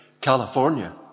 California